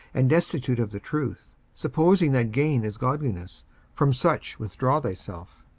and destitute of the truth, supposing that gain is godliness from such withdraw thyself.